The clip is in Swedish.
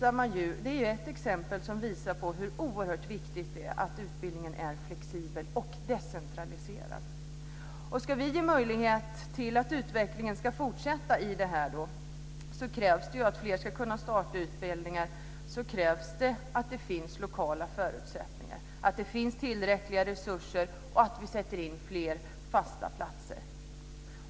Avena är ett exempel som visar på hur oerhört viktigt det är att utbildningen är flexibel och decentraliserad. Ska vi ge möjlighet för denna utveckling att fortsätta, att fler ska kunna starta utbildningar, krävs det lokala förutsättningar, att det finns tillräckliga resurser och att vi sätter in fler fasta platser.